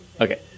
Okay